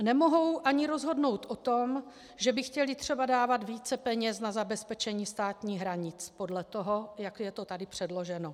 Nemohou ani rozhodnout o tom, že by chtěli dávat více peněz na zabezpečení státních hranic, podle toho, jak je to tady předloženo.